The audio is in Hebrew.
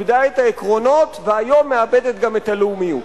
איבדה את העקרונות והיום מאבדת גם את הלאומיות.